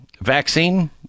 vaccine